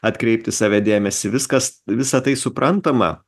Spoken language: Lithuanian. atkreipt į save dėmesį viskas visa tai suprantama